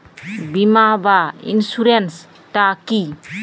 বিমা বা ইন্সুরেন্স টা কি?